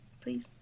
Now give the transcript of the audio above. please